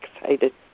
excited